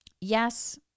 yes